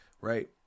right